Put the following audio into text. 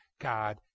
God